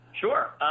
Sure